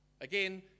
Again